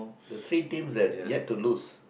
the three teams that yet to lose